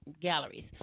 Galleries